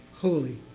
holy